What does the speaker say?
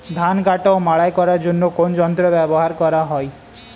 ধান কাটা ও মাড়াই করার জন্য কোন যন্ত্র ব্যবহার করা হয়?